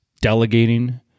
delegating